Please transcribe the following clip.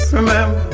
Remember